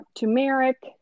turmeric